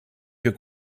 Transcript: für